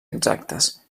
exactes